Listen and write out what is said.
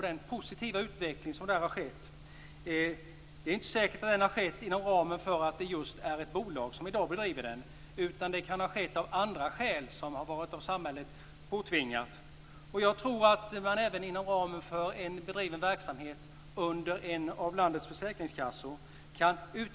Det är inte säkert att den har skett inom ramen för det bolag som bedriver verksamheten. Den kan ha skett av andra av samhället påtvingade skäl. Jag tror att det går att driva verksamheten vidare även under ledning av en av landets försäkringskassor.